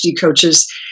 coaches